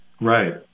Right